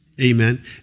amen